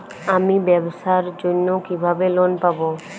আমি ব্যবসার জন্য কিভাবে লোন পাব?